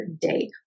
day